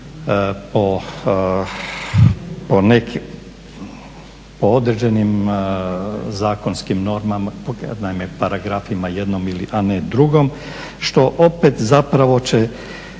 ugovore po određenim zakonskim normama, naime paragrafima jednom a ne drugom, što opet zapravo će